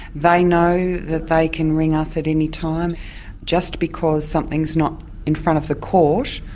they know that they can ring us at any time just because something's not in front of the court,